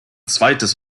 zweites